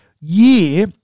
year